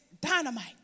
dynamite